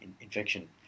infection